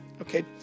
Okay